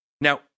Now